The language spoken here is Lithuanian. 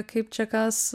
kaip čia kas